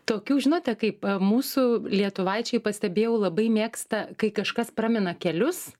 tokių žinote kaip mūsų lietuvaičiai pastebėjau labai mėgsta kai kažkas pramina kelius